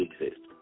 exist